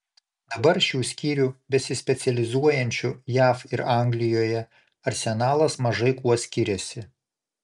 dabar šių skyrių besispecializuojančių jav ir anglijoje arsenalas mažai kuo skiriasi